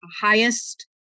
highest